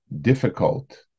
difficult